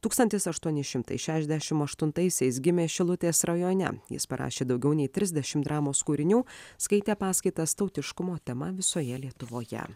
tūkstantis aštuoni šimtai šešiasdešim aštuntaisiais gimė šilutės rajone jis parašė daugiau nei trisdešim dramos kūrinių skaitė paskaitas tautiškumo tema visoje lietuvoje